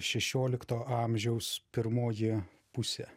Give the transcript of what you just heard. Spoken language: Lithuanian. šešiolikto amžiaus pirmoji pusė